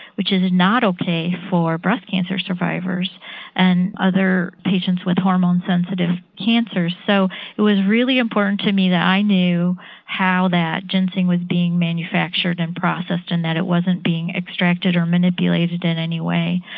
which is not ok for breast cancer survivors and other patients with hormone sensitive cancers. so it was really important to me that i knew how that ginseng was being manufactured and processed and that it wasn't being extracted or manipulated in any way.